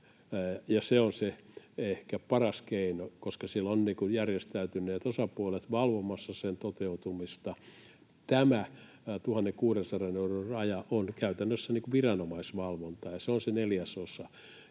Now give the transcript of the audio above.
se on ehkä se paras keino, koska siellä on järjestäytyneet osapuolet valvomassa sen toteutumista. Tämä 1 600 euron raja on käytännössä viranomaisvalvontaa, ja se on se neljäsosa.